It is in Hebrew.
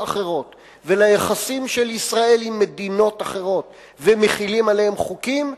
אחרות וליחסים של ישראל עם מדינות אחרות ומחילים עליהן חוקים,